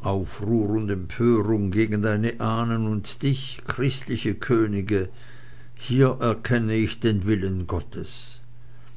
aufruhr und empörung gegen deine ahnen und dich christliche könige hier erkenne ich den willen gottes